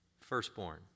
firstborn